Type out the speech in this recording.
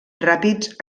ràpids